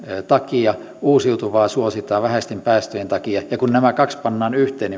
takia uusiutuvaa suositaan vähäisten päästöjen takia ja kun nämä kaksi pannaan yhteen